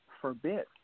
forbid